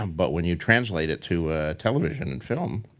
um but when you translate it to television and film,